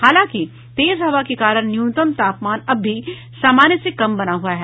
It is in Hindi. हालांकि तेज हवा के कारण न्यूनतम तापमान अब भी सामान्य से कम बना हुआ है